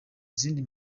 zindi